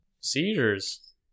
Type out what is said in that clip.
seizures